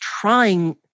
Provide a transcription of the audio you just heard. trying